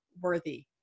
worthy